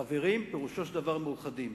חברים, פירושו של דבר מאוחדים.